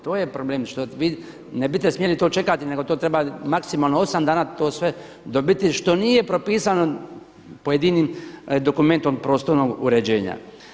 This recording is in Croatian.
To je problem što vi ne bite smjeli to čekati nego to treba maksimalno osam dana to sve dobiti, što nije propisano pojedinim dokumentom prostornog uređenja.